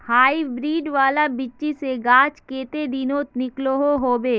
Hybrid वाला बिच्ची से गाछ कते दिनोत निकलो होबे?